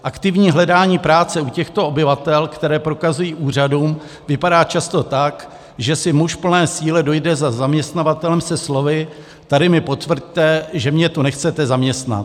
Aktivní hledání práce u těchto obyvatel, které prokazují úřadům, vypadá často tak, že si muž v plné síle dojde za zaměstnavatelem se slovy, tady mi potvrďte, že mě tu nechcete zaměstnat.